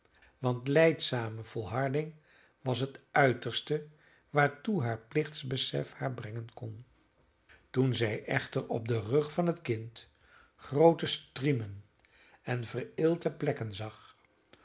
vriendelijkheid want lijdzame volharding was het uiterste waartoe haar plichtbesef haar brengen kon toen zij echter op den rug van het kind groote striemen en vereelte plekken zag